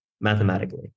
mathematically